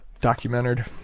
documented